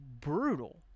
brutal